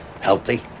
Healthy